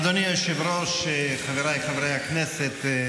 אדוני היושב-ראש, חבריי חברי הכנסת,